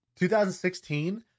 2016